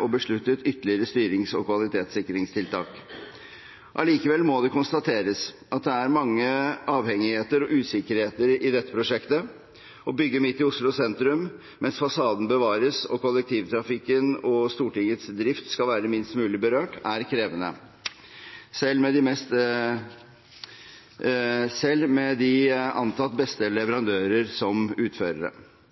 og besluttet ytterligere styrings- og kvalitetssikringstiltak. Allikevel må det konstateres at det er mange avhengigheter og usikkerheter i dette prosjektet. Å bygge midt i Oslo sentrum mens fasaden bevares og kollektivtrafikken og Stortingets drift skal være minst mulig berørt, er krevende, selv med de antatt beste leverandører som